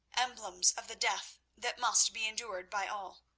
emblems of the death that must be endured by all.